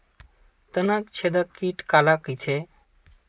तनाछेदक कीट काला कइथे?